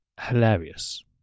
hilarious